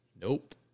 Nope